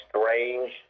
strange